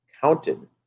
counted